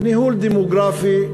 וניהול דמוגרפי.